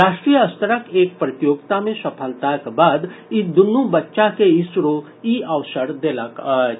राष्ट्रीय स्तरक एक प्रतियोगिता मे सफलताक बाद ई दुनू बच्चा के इसरो ई अवसर देलक अछि